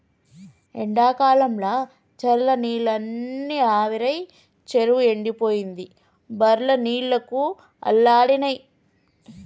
ఎండాకాలంల చెర్ల నీళ్లన్నీ ఆవిరై చెరువు ఎండిపోయింది బర్లు నీళ్లకు అల్లాడినై